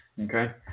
Okay